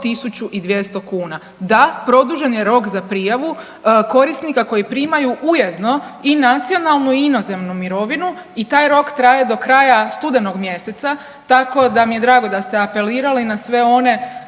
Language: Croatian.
1.200 kuna. Da produžen je rok za prijavu korisnika koji primaju ujedno i nacionalnu i inozemnu mirovinu i taj rok traje do kraja studenog mjeseca, tako da mi je drago da ste apelirali na sve one